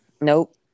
Nope